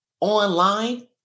online